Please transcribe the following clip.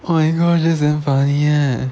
oh my gosh that's damn funny leh